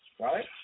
right